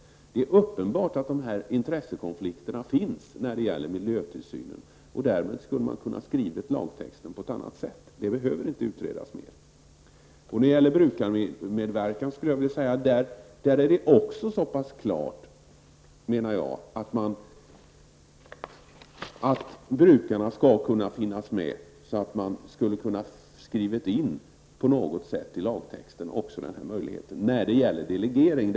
Det är uppenbart att dessa intressekonflikter finns när det gäller miljötillsynen. Därmed skulle man ha kunnat skriva lagtexten på ett annat sätt. Det behöver inte utredas mer. Även beträffande brukarmedverkan är det så pass klart att brukarna skall finnas med att man hade kunnat skriva in denna möjlighet i lagtexten när det gäller delegering.